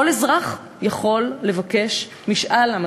משאל עם,